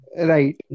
Right